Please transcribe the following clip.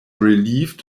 relieved